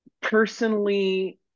Personally